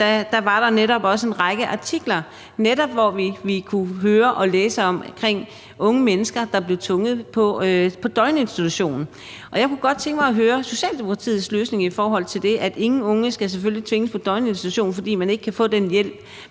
der i 2019 også var en række artikler, hvor vi kunne læse om unge mennesker, der blev tvunget på døgninstitution. Jeg kunne godt tænke mig at høre, hvad Socialdemokratiets løsning er, med hensyn til at ingen unge selvfølgelig skal tvinges på døgninstitution, fordi man ikke kan få den hjælp,